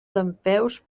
dempeus